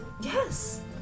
Yes